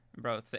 Bro